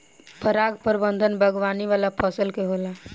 पराग प्रबंधन बागवानी वाला फसल के होला